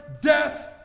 death